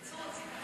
פיצוץ,